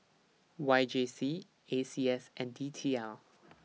Y J C A C S and D T L